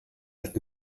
hat